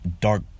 dark